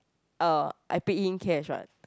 uh I paid him cash what